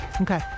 Okay